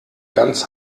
ganz